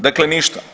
Dakle, ništa.